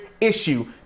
issue